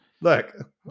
look